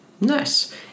Nice